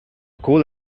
cul